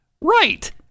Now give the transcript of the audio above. right